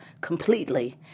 completely